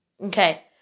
Okay